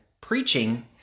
preaching